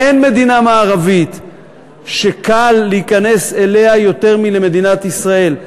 אין מדינה מערבית שקל להיכנס אליה יותר מלמדינת ישראל.